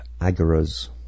agoras